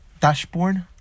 dashboard